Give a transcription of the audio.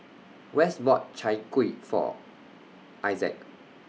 Wes bought Chai Kuih For Isaac